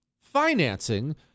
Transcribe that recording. financing